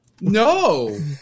No